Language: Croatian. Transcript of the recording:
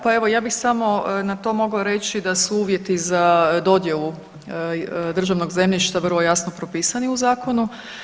Pa evo ja bih samo na to mogla reći da su uvjeti za dodjelu državnog zemljišta vrlo jasno propisani u zakonu.